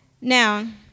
Now